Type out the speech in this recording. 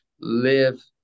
live